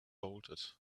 bolted